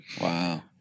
wow